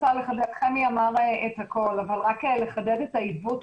חמי אמר את הכול, אבל רק לחדד את העיוות.